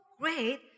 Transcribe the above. great